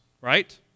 right